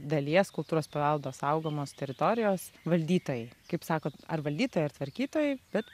dalies kultūros paveldo saugomos teritorijos valdytojai kaip sakot ar valdytojai ar tvarkytojai bet